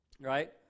Right